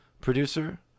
producer